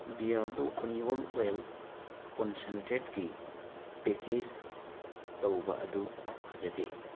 Beardo onion oil ꯀꯣꯟꯁꯦꯟꯇ꯭ꯔꯦꯠꯀꯤ package ꯇꯧꯕ ꯑꯗꯨ ꯐꯖꯗꯦ